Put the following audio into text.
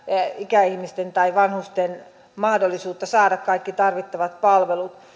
ikäihmisten tai vanhusten mahdollisuutta saada kaikki tarvittavat palvelut